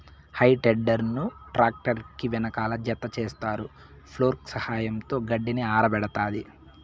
హే tedder ను tractor కి వెనకాల జతచేస్తారు, ఫోర్క్ల సహాయంతో గడ్డిని ఆరబెడతాది